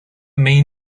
main